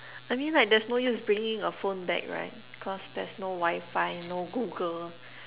I mean like there's no use bringing a phone back right cause there's no Wifi no Google